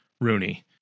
Rooney